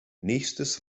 nächstes